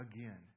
again